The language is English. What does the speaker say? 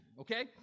Okay